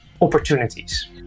opportunities